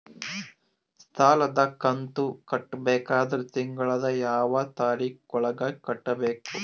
ಸಾಲದ ಕಂತು ಕಟ್ಟಬೇಕಾದರ ತಿಂಗಳದ ಯಾವ ತಾರೀಖ ಒಳಗಾಗಿ ಕಟ್ಟಬೇಕು?